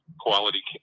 Quality